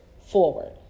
forward